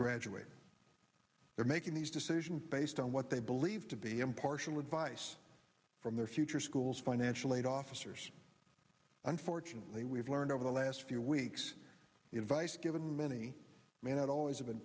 graduate they're making these decisions based on what they believe to be impartial advice from their future schools financial aid officers unfortunately we've learned over the last few weeks in vice given many may not always have been